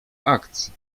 akcji